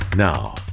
Now